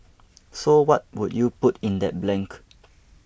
so what would you put in that blank